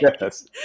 yes